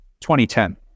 2010